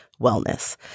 wellness